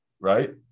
right